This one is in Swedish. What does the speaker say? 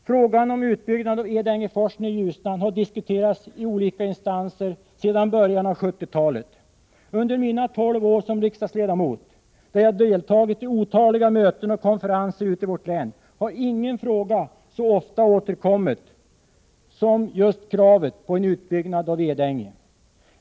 Frågan om utbyggnaden av Edängeforsen i Ljusnan har diskuterats i olika instanser sedan början av 1970-talet. Under mina tolv år som riksdagsledamot, där jag deltagit i otaliga möten och konferenser ute i vårt län, har ingen fråga så ofta återkommit som just kravet på en utbyggnad av Edänge.